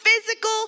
physical